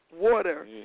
water